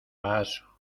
paso